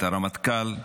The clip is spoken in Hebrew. את הרמטכ"ל,